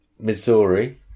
Missouri